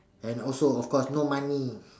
and also of course no money